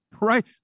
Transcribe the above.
Right